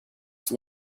life